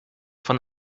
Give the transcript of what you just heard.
von